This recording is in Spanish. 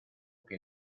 que